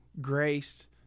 grace